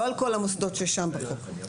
לא על כל המוסדות ששם בחוק.